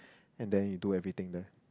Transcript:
and then you do everything there